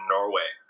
Norway